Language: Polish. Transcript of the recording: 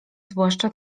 zwłaszcza